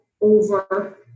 over